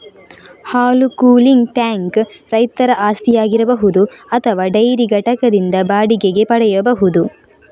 ಹಾಲು cooling tank ರೈತರ ಆಸ್ತಿಯಾಗಿರಬಹುದು ಅಥವಾ ಡೈರಿ ಘಟಕದಿಂದ ಬಾಡಿಗೆಗೆ ಪಡೆಯಬಹುದು